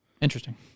Interesting